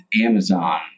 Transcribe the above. Amazon